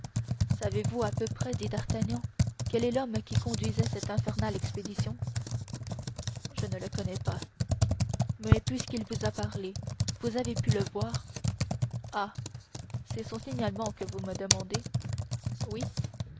savez-vous à peu près dit d'artagnan quel est l'homme qui conduisait cette infernale expédition je ne le connais pas mais puisqu'il vous a parlé vous avez pu le voir ah c'est son signalement que vous me demandez oui